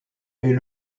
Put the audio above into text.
est